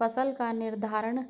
फसल का निर्धारण